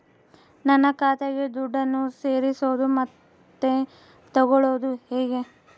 ನನ್ನ ಖಾತೆಗೆ ದುಡ್ಡನ್ನು ಸೇರಿಸೋದು ಮತ್ತೆ ತಗೊಳ್ಳೋದು ಹೇಗೆ?